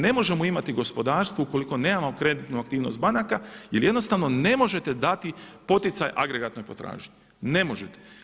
Ne možemo imati gospodarstvo ukoliko nemamo kreditnu aktivnosti banaka jer jednostavno ne možete dati poticaj agregatnoj potražnji, ne možete.